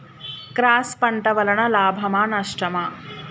Cross పంట వలన లాభమా నష్టమా?